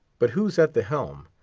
but who's at the helm.